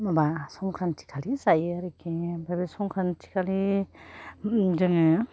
माबा संख्रान्ति खालि जायो आरोखि ओमफ्राय संख्रान्ति खालि जोङो